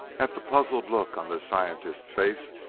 at the puzzled look on the scientist's face,